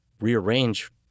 rearrange